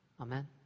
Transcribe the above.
Amen